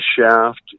shaft